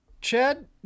Chad